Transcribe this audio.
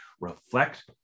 reflect